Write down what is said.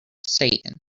satan